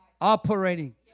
operating